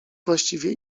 właściwie